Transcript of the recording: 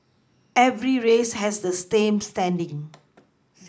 every race has the same standing